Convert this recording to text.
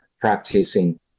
practicing